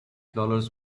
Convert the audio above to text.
dollars